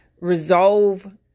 resolve